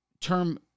term